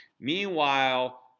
Meanwhile